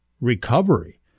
recovery